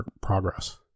progress